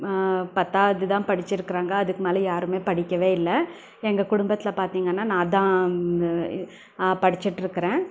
பத்தாவது தான் படிச்சுருக்குறாங்க அதுக்கு மேலே யாருமே படிக்கவே இல்லை எங்கள் குடும்பத்தில் பார்த்தீங்கன்னா நான் தான் படிச்சிட்டுருக்கறேன்